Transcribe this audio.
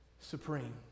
supreme